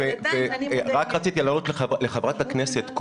ורציתי לענות לחברת הכנסת,